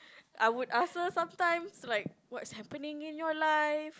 I would ask her sometimes like what's happening in your life